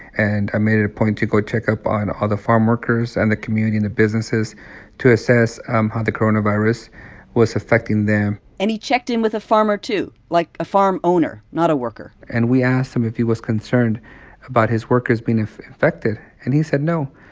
and i made it a point to go check up on other farmworkers and the community and the businesses to assess um how the coronavirus was affecting them and he checked in with a farmer, too, like a farm owner, not a worker and we asked him if he was concerned about his workers being infected. and he said no,